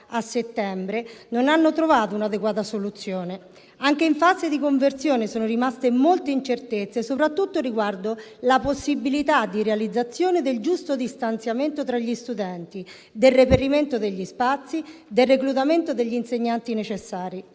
a settembre non hanno trovato un'adeguata soluzione. Anche in fase di conversione sono rimaste molte incertezze, soprattutto riguardo la possibilità di realizzazione del giusto distanziamento tra gli studenti, del reperimento degli spazi e del reclutamento degli insegnanti necessari.